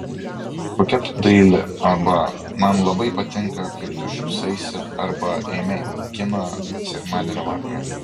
kokia tu daili arba man labai patinka kaip tu šypsaisi arba eime į kiną sekmadienio vakarą